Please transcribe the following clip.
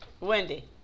Wendy